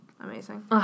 Amazing